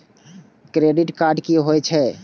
Credit card की होय छै?